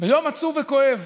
ביום עצוב וכואב,